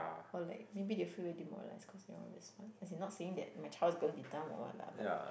or like maybe they feel very demoralized because they all very smart as in not saying that my child is gonna be dumb or what lah but